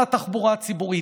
על התחבורה הציבורית,